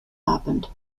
happened